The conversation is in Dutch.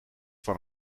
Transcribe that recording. van